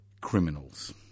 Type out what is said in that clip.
criminals